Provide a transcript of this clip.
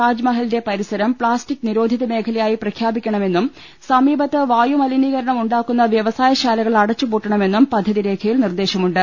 താജ്മഹലിന്റെ പരിസരം പ്താസ്റ്റിക് നിരോധിത മേഖലയായി പ്രഖ്യാപിക്കണമെന്നും സമീ പത്ത് വായുമലിനീകരണം ഉണ്ടാക്കുന്ന വ്യവസായശാലകൾ അട ച്ചുപൂട്ടണമെന്നും പദ്ധതി രേഖയിൽ നിർദേശമുണ്ട്